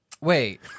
Wait